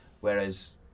whereas